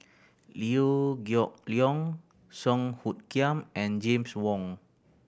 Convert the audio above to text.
Liew Geok Leong Song Hoot Kiam and James Wong